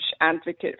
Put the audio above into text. advocate